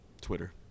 Twitter